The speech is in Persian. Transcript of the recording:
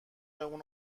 اون